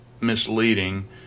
misleading